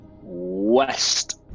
West